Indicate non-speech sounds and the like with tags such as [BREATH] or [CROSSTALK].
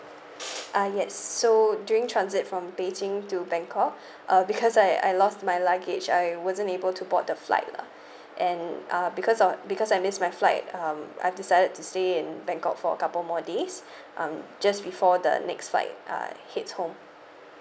uh yes so during transit from beijing to bangkok [BREATH] uh because I I lost my luggage I wasn't able to board the flight lah and uh because of because I miss my flight um I've decided to stay in bangkok for a couple more days [BREATH] um just before the next flight uh heads home